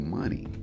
money